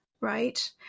right